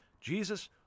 Jesus